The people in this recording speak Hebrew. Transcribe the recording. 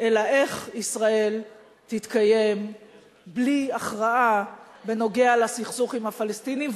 אלא איך ישראל תתקיים בלי הכרעה בנוגע לסכסוך עם הפלסטינים.